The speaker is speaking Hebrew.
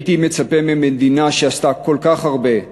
הייתי מצפה ממדינה שעשתה כל כך הרבה,